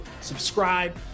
subscribe